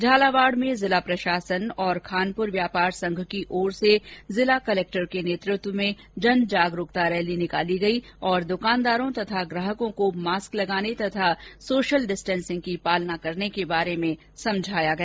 झालावाड़ में जिला प्रशासन और खानपुर व्यापार संघ की ओर से जिला कलेक्टर के नेतृत्व में जन जागरूकता रैली निकाली गई और दुकानदारों और ग्राहकों को मास्क लगाने सोशल डिस्टेंसिंग की पालना करने के बारे में समझाया गया